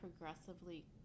progressively